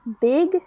big